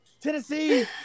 Tennessee